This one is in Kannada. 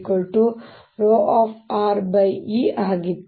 ಮತ್ತು 0 ಆಗಿತ್ತು